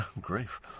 grief